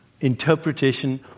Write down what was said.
interpretation